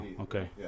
okay